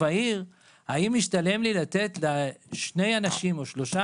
האם ישתלם לי לתת לשני אנשים או שלושה